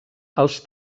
els